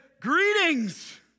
Greetings